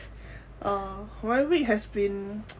uh my week has been